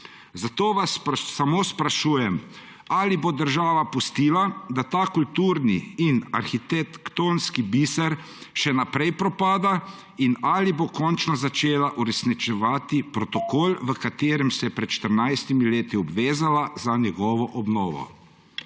Zato vas samo sprašujem: Ali bo država pustila, da ta kulturni in arhitektonski biser še naprej propada ali bo končno začela uresničevati protokol, v katerem se je pred 14 leti obvezala za njegovo obnovo?